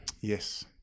Yes